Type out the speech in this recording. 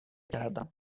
کردم